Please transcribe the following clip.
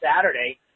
Saturday